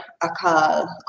Akal